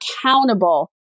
accountable